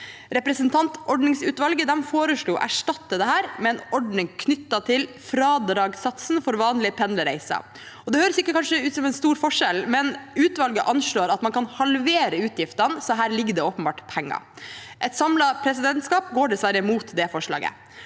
Representantordningsutvalget foreslo å erstatte dette med en ordning knyttet til fradragssatsen for vanlige pendlerreiser. Det høres kanskje ikke ut som en stor forskjell, men utvalget anslår at man kan halvere utgiftene, så her ligger det åpenbart penger. Et samlet presidentskap går dessverre imot det forslaget.